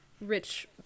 rich